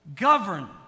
govern